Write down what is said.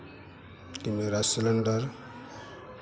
कि मेरा सिलेंडर